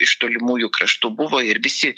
iš tolimųjų kraštų buvo ir visi